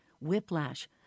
whiplash